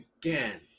again